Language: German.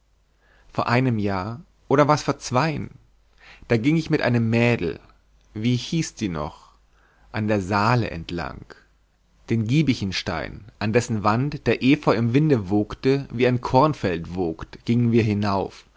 vor einem jahr oder war's vor zweien da ging ich mit einem mädel wie hieß die noch an der saale entlang den giebichenstein an dessen wand der efeu im winde wogte wie ein kornfeld wogt gingen wir hinauf